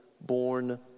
born